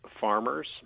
farmers